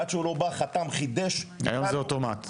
עד שהוא לא בא, חתם, חידש --- היום זה אוטומט.